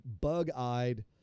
bug-eyed